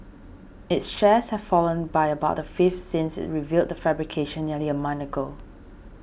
its shares have fallen by about a fifth since it revealed the fabrication nearly a month ago